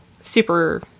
super